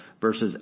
versus